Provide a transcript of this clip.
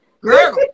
girl